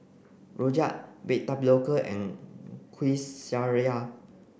Rojak baked Tapioca and Kueh Syara